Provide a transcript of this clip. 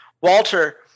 Walter